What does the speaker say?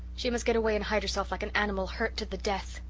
she must get away and hide herself like an animal hurt to the death.